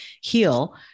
heal